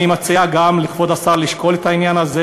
אני מציע לכבוד השר לשקול גם את העניין הזה